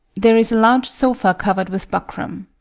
there is a large sofa covered with buckram.